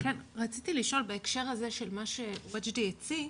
כן, רציתי לשאול בהקשר הזה של מה שוג'די הציג,